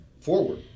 forward